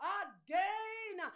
again